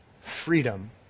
freedom